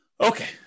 Okay